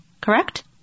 Correct